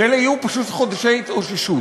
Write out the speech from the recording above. אלה יהיו פשוט חודשי התאוששות.